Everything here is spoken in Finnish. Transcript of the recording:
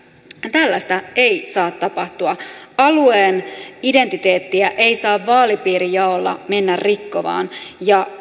tällaista ei saa tapahtua alueen identiteettiä ei saa vaalipiirijaolla mennä rikkomaan ja